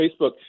Facebook